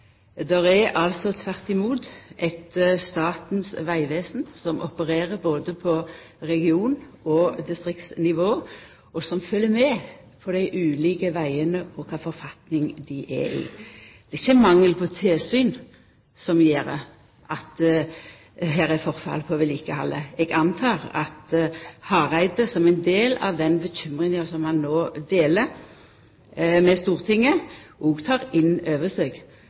Det er tvert imot eit Statens vegvesen som opererer både på region- og distriktsnivå, og som følgjer med på kva for forfatning dei ulike vegane er i. Det er ikkje mangel på tilsyn som gjer at det er forfall i vedlikehaldet. Eg antek at Hareide, som deler bekymringa med Stortinget, òg tek inn over seg at når det gjeld vegvedlikehald, er det mange år med